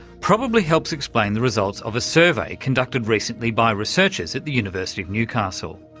probably helps explain the results of a survey conducted recently by researchers at the university of newcastle.